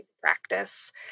practice